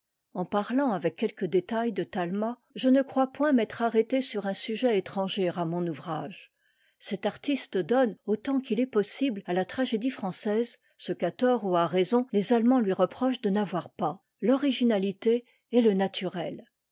en parlant avec quelque détail de talma je ne crois point m'être arrêtée sur un sujet étranger à mon ouvrage cet artiste donne autant qu'il est possible à la tragédie française ce qu'à tort ou à raison les allemands lui reprochent de n'avoir pas l'originalité et le naturel